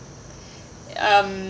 um